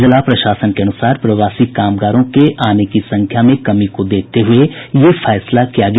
जिला प्रशासन के अनुसार प्रवासी कामगारों के आने की संख्या में कमी को देखते हये ये फैसला किया गया